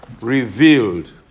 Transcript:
revealed